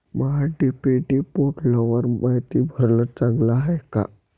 महा DBT पोर्टलवर मायती भरनं चांगलं हाये का?